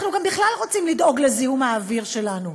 אנחנו גם בכלל רוצים לדאוג לזיהום האוויר שלנו.